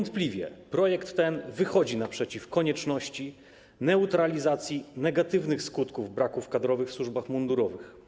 Niewątpliwie projekt ten wychodzi naprzeciw konieczności neutralizacji negatywnych skutków braków kadrowych w służbach mundurowych.